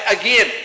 again